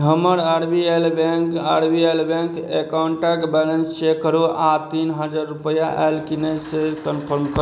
हमर R B L bank R B L bank एकाउंटक balance check करू आओर तीन हजार रूपैआ आयल कि नहि से कनफर्म क